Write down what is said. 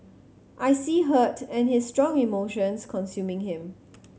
I see hurt and his strong emotions consuming him